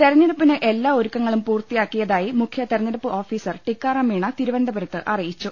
തെരഞ്ഞെടുപ്പിന് എല്ലാ ഒരുക്കങ്ങളും പൂർത്തിയാക്കി യതായി മുഖ്യ തെരഞ്ഞെടുപ്പ് ഓഫീസർ ടിക്കാറാം മീണ തിരുവനന്തപുരത്ത് അറിയിച്ചു